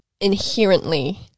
inherently